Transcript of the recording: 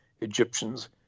Egyptians